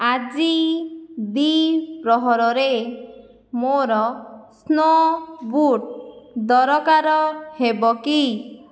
ଆଜି ଦ୍ଵିପ୍ରହରରେ ମୋର ସ୍ନୋ ବୁଟ୍ ଦରକାର ହେବ କି